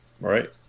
Right